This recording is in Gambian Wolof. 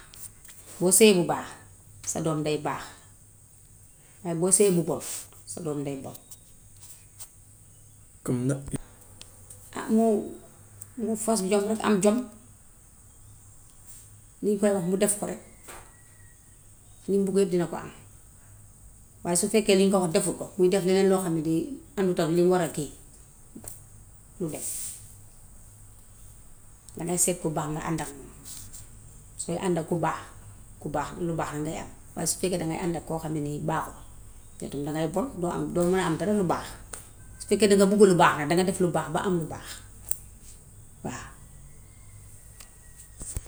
Boo sëy bu baax walla boo sëy bu bon sa doom day bon ah mu mu fas jom rekk am jom, liñ koy wax mu def ko rekk, lim bugg yépp dina ko am. Waaye su fekkee liñ ko waw defu ko mu def leneen loo xamte nii bokkut ak lim war a kii du dem. Daŋaay seet ku baax nga àndak moom. Sooy àndak ku baax ku baax lu baax rekk ngay am. Waaye su fekkee ne daŋay àndak koo xam ne nii baaxul, yaw tam daŋay bon. Doo am, doo mën a ama dara lu baax. Su fekkee ni danga bugga lu baax nag danaga def lu baax ba am lu baax waaw.